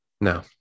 No